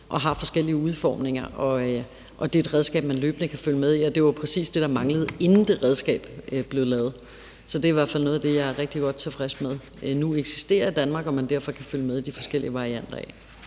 og har forskellige udformninger. Det er et redskab, der gør, at man løbende kan følge med i det, og det var præcis det, der manglede, inden det redskab blev lavet. Så det er i hvert fald noget af det, jeg er rigtig godt tilfreds med nu eksisterer i Danmark, så man kan følge med i de forskellige varianter.